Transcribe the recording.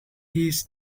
his